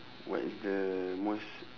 what is the most